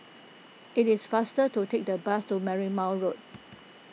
it is faster to take the bus to Marymount Road